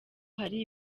hari